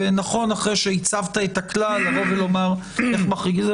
ונכון אחרי שהצבת את הכלל, לומר איך מחריגים.